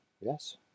yes